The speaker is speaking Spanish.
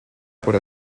por